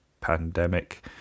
pandemic